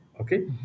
okay